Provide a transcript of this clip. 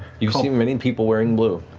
you've seen many people wearing blue.